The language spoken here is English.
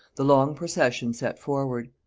the long procession set forward.